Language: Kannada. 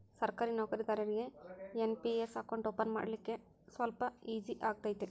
ಸರ್ಕಾರಿ ನೌಕರದಾರಿಗಿ ಎನ್.ಪಿ.ಎಸ್ ಅಕೌಂಟ್ ಓಪನ್ ಮಾಡಾಕ ಸ್ವಲ್ಪ ಈಜಿ ಆಗತೈತ